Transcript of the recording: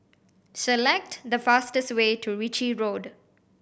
select the fastest way to Ritchie Road